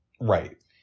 Right